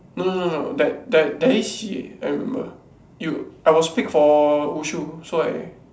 no no no no that that there is C_C_A I remember you I was picked for wushu so I